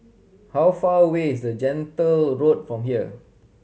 how far away is Gentle Road from here